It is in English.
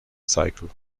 cycle